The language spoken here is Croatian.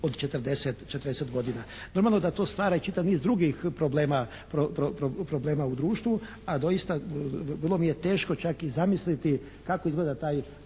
od 40 godina. Normalno da to stvara i čitav niz drugih problema u društvu a doista vrlo mi je teško čak i zamisliti kako izgleda taj